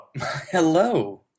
Hello